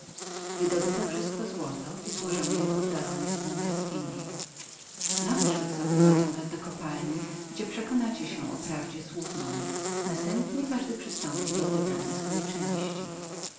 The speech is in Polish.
wydobyto wszystko złoto i złożono je w oddalonej ztąd jaskini naprzód zaprowadzę was do kopalni gdzie przekonanieprzekonacie się o prawdzie słów moich następnie każdy przystąpi do odebrania swojej części